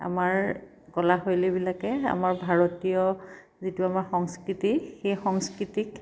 আমাৰ কলাশৈলীবিলাকে আমাৰ ভাৰতীয় যিটো আমাৰ সংস্কৃতি সেই সংস্কৃতিক